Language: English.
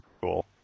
cool